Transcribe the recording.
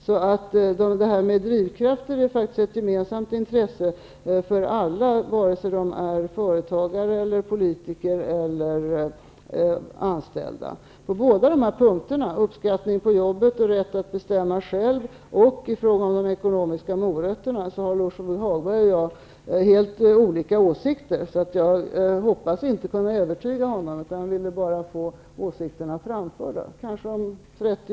Så drivkraften är faktiskt någonting som är av intresse för alla vare sig man är företagare, politiker eller anställd. Beträffande både de här sakerna -- uppskattning på jobbet, rätt att bestämma själv och de ekonomiska morötterna -- har Lars-Ove Hagberg och jag helt olika åsikter. Jag tror inte att jag kan övertyga honom utan vill bara framföra mina synpunkter.